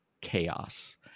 chaos